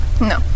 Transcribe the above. No